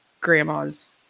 grandma's